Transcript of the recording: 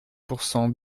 pourcent